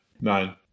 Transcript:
Nine